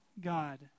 God